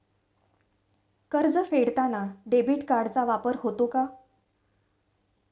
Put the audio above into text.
कर्ज फेडताना डेबिट कार्डचा वापर होतो का?